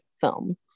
film